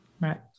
Right